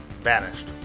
vanished